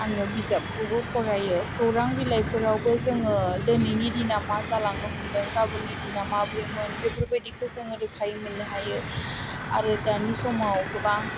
आङो बिजाबखौबो फरायो खौरां बिलाइफोरावबो जोङो दोनैनि दिनाव मा जालांनो हमदों गाबोननि दिना माब्रैमोन बेफोरबादिखौ जोङो रोखायै मोननो हायो आरो दानि समाव गोबां